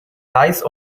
reis